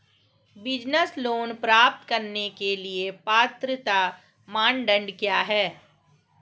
Business loan प्राप्त करने के लिए पात्रता मानदंड क्या हैं?